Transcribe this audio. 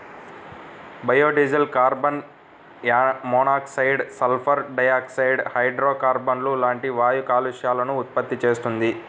biodiesel carbon monoxide, sulphur dioxide, హైడ్రోకార్బన్లు లాంటి వాయు కాలుష్యాలను ఉత్పత్తి చేస్తుంది